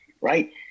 right